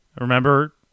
Remember